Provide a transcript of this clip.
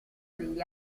degli